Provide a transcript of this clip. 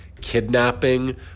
kidnapping